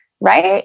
right